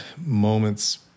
moments